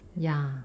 ya